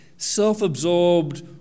Self-absorbed